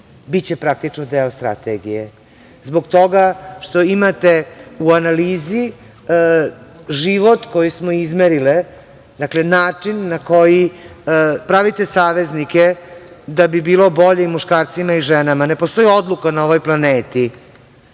biće praktično deo strategije. Zbog toga što imate u analizi život koji smo izmerile, dakle, način na koji pravite saveznike da bi bilo bolje i muškarcima i ženama. Ne postoji odluka na ovoj planeti